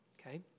okay